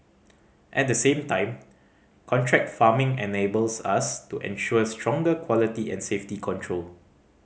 at the same time contract farming enables us to ensure stronger quality and safety control